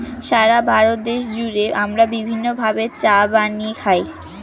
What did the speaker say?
সারা ভারত দেশ জুড়ে আমরা বিভিন্ন ভাবে চা বানিয়ে খাই